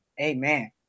Amen